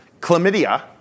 chlamydia